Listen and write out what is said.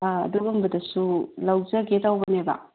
ꯑꯗꯨꯒꯨꯝꯕꯗꯁꯨ ꯂꯧꯖꯒꯦ ꯇꯧꯕꯅꯦꯕ